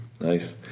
Nice